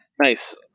Nice